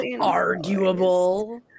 arguable